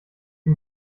die